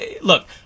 Look